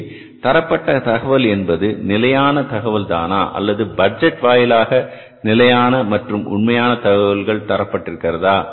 இங்கே தரப்பட்ட தகவல் என்பது நிலையான தகவல் தானா அல்லது பட்ஜெட் வாயிலாக நிலையான மற்றும் உண்மையான தகவல்கள் தரப்பட்டிருக்கிறது